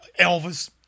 Elvis